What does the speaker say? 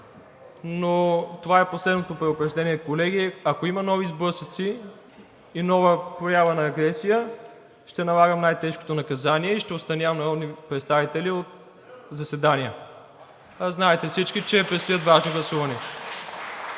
но това е последното предупреждение, колеги. Ако има нови сблъсъци и нова проява на агресия, ще налагам най-тежкото наказание и ще отстранявам народни представители от заседания (ръкопляскания от „Продължаваме